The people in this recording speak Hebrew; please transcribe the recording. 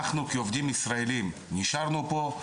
אנחנו כעובדים ישראלים נשארנו פה.